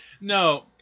No